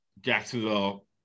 Jacksonville